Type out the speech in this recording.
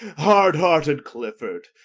hard-hearted clifford,